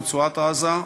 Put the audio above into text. ברצועת-עזה,